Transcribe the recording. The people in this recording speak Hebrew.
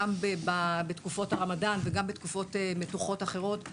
גם בתקופות הרמדאן וגם בתקופות מתוחות אחרות,